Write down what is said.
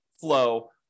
flow